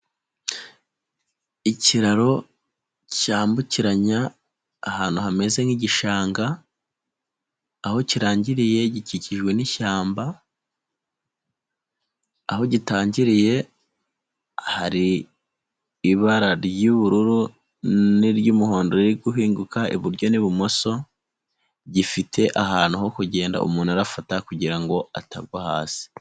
Ikiraro cyambukiranya ahantu hameze nk'igishanga ,aho kirangiriye gikikijwe n'ishyamba ,aho gitangiriye hari ibara ry'ubururu n'iry'umuhondo riri guhinguka iburyo n'ibumoso , gifite ahantu ho kugenda umuntu afata kugira ngo atagwa hasi